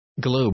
globe